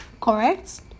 correct